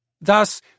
Thus